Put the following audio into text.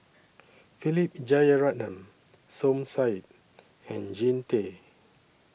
Philip Jeyaretnam Som Said and Jean Tay